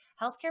Healthcare